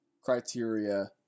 criteria